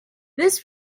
this